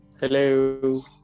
Hello